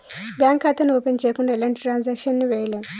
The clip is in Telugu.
బ్యేంకు ఖాతాని ఓపెన్ చెయ్యకుండా ఎలాంటి ట్రాన్సాక్షన్స్ ని చెయ్యలేము